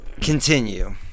continue